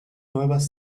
nuevas